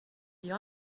you